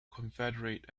confederate